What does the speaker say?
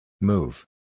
Move